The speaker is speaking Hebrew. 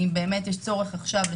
אני מבין את הקושי לדייק,